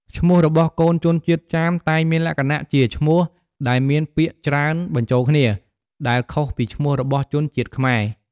ឈ្មោះរបស់កូនជនជាតិចាមតែងមានលក្ខណៈជា ឈ្មោះដែលមានពាក្យច្រើនបញ្ចូលគ្នា ដែលខុសពីឈ្មោះរបស់ជនជាតិខ្មែរ។